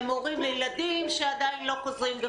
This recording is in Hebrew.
הם הורים לילדים שעדיין לא חוזרים,